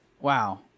wow